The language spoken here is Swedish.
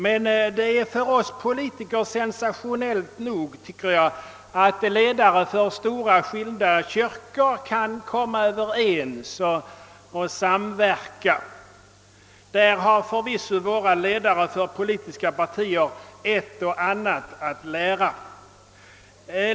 Men det är för oss politiker sensationellt nog att ledare för skilda kyrkor kan komma överens och samverka. Där har förvisso våra ledare för politiska partier ett och annat att lära.